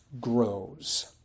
grows